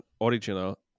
original